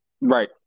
right